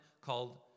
called